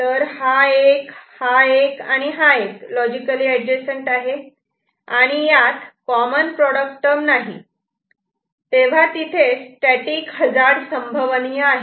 तर हा 1 हा 1 आणि हा 1 लॉजिकली एडजसंट आहे आणि यात कॉमन प्रॉडक्ट टर्म नाही तेव्हा तिथे स्टॅटिक हजार्ड संभवनीय आहे